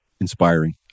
inspiring